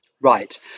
Right